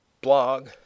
blog